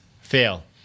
fail